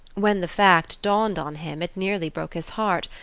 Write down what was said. when the fact dawned on him it nearly broke his heart,